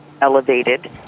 elevated